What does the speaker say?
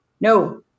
no